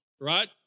right